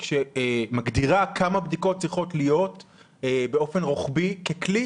שמגדירה כמה בדיקות צריכות להיות באופן רוחבי ככלי